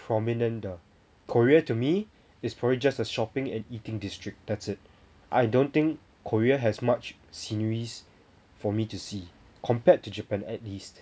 prominent 的 korea to me is probably just a shopping and eating district that's it I don't think korea has much sceneries for me to see compared to japan at least